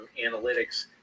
analytics